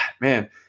man